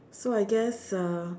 so I guess uh